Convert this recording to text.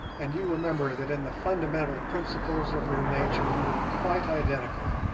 and you remember that in the fundamental principles of your nature you are quite identical.